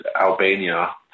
Albania